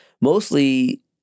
mostly